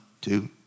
two